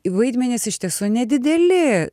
vaidmenys iš tiesų nedideli